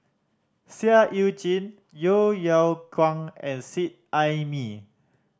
Seah Eu Chin Yeo Yeow Kwang and Seet Ai Mee